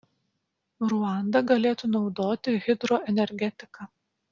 ruanda galėtų naudoti hidroenergetiką